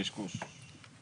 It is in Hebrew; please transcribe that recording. קשקוש.